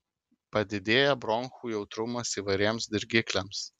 padidėja bronchų jautrumas įvairiems dirgikliams